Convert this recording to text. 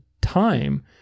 time